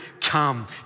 come